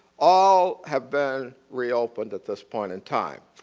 all have been re-opened at this point in time.